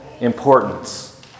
importance